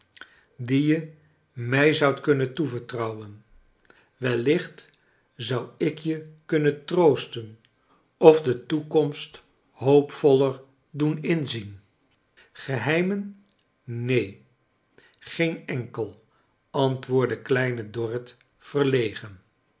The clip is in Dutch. die je mij zoudt kunnen toevertrouwen wellicht zou ik je kunnen troosof de toekomst hoopvoller doen inzien greheimen neen geen enkel antwoordde kleine dorrit verlegen